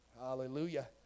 Hallelujah